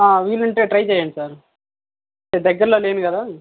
ఆ వీలుంటే ట్రై చేయండి సార్ ఇక్కడ దగ్గరలో లేను కదా